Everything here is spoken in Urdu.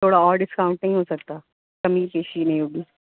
تھوڑا اور ڈسکاؤنٹ نہیں ہو سکتا کمی پیشی نہیں ہوگی